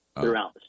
throughout